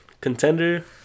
Contender